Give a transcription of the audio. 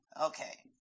okay